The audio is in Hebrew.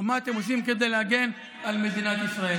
או מה אתם עושים כדי להגן על מדינת ישראל?